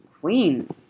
Queen